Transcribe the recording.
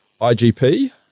IGP